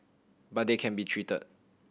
but they can be treated